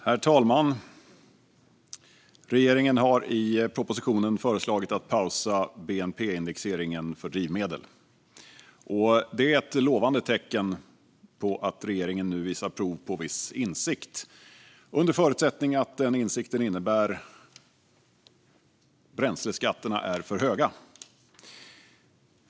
Herr talman! Regeringen har i propositionen föreslagit att pausa bnp-indexeringen för drivmedel. Det är lovande att regeringen nu visar prov på viss insikt - under förutsättning att denna insikt är att bränsleskatterna är för höga.